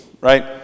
right